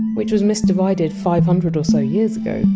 which was misdivided five hundred or so years ago.